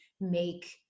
make